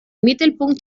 mittelpunkt